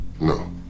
No